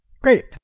great